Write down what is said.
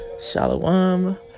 Shalom